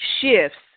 shifts